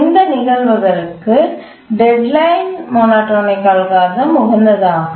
இந்த நிகழ்வுகளுக்கு deadline monotonic algorithm உகந்ததாகும்